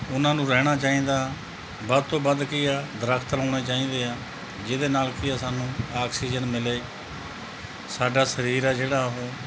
ਉਹਨਾਂ ਨੂੰ ਰਹਿਣਾ ਚਾਹੀਦਾ ਵੱਧ ਤੋਂ ਵੱਧ ਕੀ ਆ ਦਰਖਤ ਲਾਉਣੇ ਚਾਹੀਦੇ ਆ ਜਿਹਦੇ ਨਾਲ ਕੀ ਆ ਸਾਨੂੰ ਆਕਸੀਜਨ ਮਿਲੇ ਸਾਡਾ ਸਰੀਰ ਹੈ ਜਿਹੜਾ ਉਹ